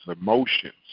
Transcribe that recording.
emotions